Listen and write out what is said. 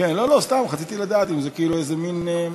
לא, סתם רציתי לדעת אם זה איזה מין,